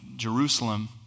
Jerusalem